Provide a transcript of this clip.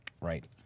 Right